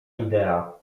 idea